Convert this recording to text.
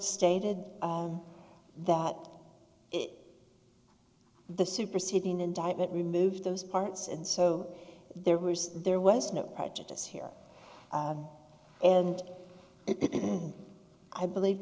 stated that the superseding indictment removed those parts and so there was there was no prejudice here and it and i believe